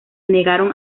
negaron